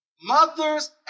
mothers